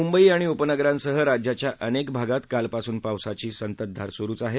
मुंबई आणि उपनगरांसह राज्याच्या अनेक भागात कालपासून पावसाची संतधार सुरुच आहे